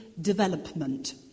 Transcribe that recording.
development